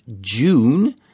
June